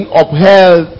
upheld